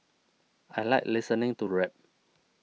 I like listening to rap